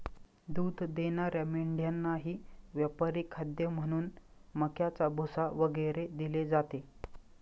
दूध देणाऱ्या मेंढ्यांनाही व्यापारी खाद्य म्हणून मक्याचा भुसा वगैरे दिले जाते